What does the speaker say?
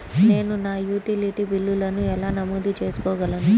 నేను నా యుటిలిటీ బిల్లులను ఎలా నమోదు చేసుకోగలను?